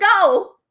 go